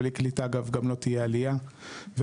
ובלי קליטה גם לא תהיה עליה ולכן,